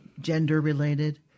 gender-related